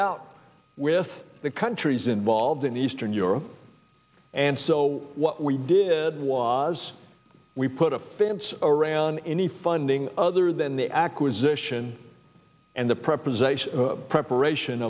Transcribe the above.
out with the countries involved in eastern europe and so what we did was we put a fence around any funding other than the acquisition and the prep was a preparation